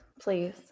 please